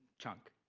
chunk,